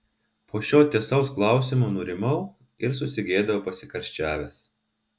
po šio tiesaus klausimo nurimau ir susigėdau pasikarščiavęs